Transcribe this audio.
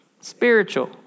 spiritual